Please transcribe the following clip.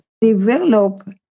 develop